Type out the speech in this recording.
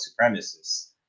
supremacists